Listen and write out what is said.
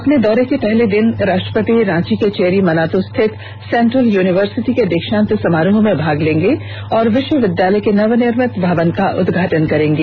अपने दौरे के पहले दिन कल राष्ट्रपति रांची के चेरी मनातू स्थित सेंट्रल यूनिवर्सिटी के दीक्षांत समारोह में भाग लेंगे और विष्वविद्यालय के नव निर्मित भवन का उद्घाटन करेंगे